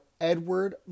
Edward